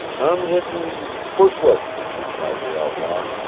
i'm hittin' bushward, replied the outlaw.